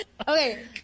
Okay